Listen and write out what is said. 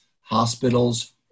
hospitals